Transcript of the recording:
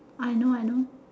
I know I know